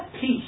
peace